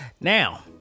now